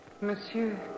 Monsieur